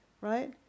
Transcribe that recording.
right